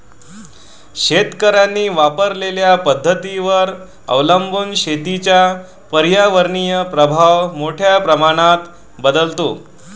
शेतकऱ्यांनी वापरलेल्या पद्धतींवर अवलंबून शेतीचा पर्यावरणीय प्रभाव मोठ्या प्रमाणात बदलतो